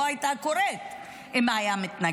היא לא הייתה קורית אם הוא היה מתנגד.